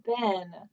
Ben